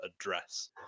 address